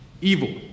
Evil